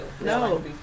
No